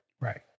Right